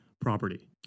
Property